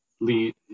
lead